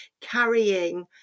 carrying